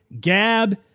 Gab